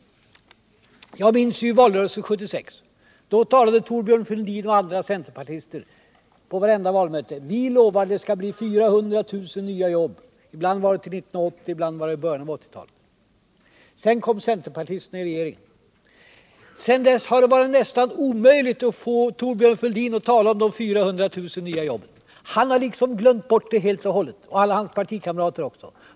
Jag minns valrörelsen 1976, då Thorbjörn Fälldin och andra centerpartister på vartenda valmöte lovade, att det skulle bli 400 000 nya jobb —- ibland till 1980, ibland i början på 1980-talet. Därefter kom centerpartisterna in i regeringen, och sedan dess har det varit nästan omöjligt att få Thorbjörn Fälldin att tala om de 400 000 nya jobben. Han tycks ha glömt det helt och hållet, liksom alla hans partikamrater.